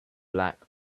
black